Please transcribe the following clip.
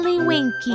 Winky